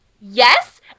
Yes